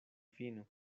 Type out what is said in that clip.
fino